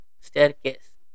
staircase